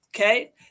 okay